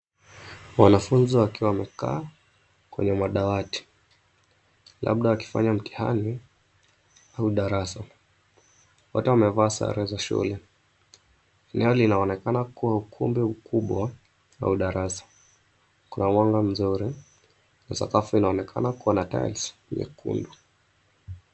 Wanafunzi wakiwa wamekaa kwenye madawati, labda wakifanya mtihani au darasa. Wote wamevaa sare za shule. Eneo linaonekana kuwa ukumbi mkubwa au darasa. Kuna mwanga mzuri na sakafu inaonekana kuwa na (cs)tiles(cs) nyekundu.